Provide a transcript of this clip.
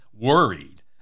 worried